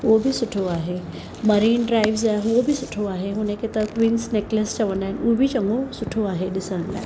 उहो बि सुठो आहे मरीन ड्राइव्स आहे उहो बि सुठो आहे हुनखे त क्वीन्स नेकलेस चवंदा आहिनि उहो बि चङो सुठो आहे ॾिसण लाइ